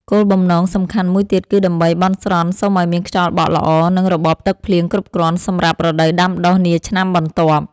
គោលបំណងសំខាន់មួយទៀតគឺដើម្បីបន់ស្រន់សុំឱ្យមានខ្យល់បក់ល្អ និងរបបទឹកភ្លៀងគ្រប់គ្រាន់សម្រាប់រដូវដាំដុះនាឆ្នាំបន្ទាប់។